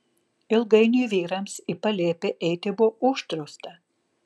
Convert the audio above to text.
ilgainiui vyrams į palėpę eiti buvo uždrausta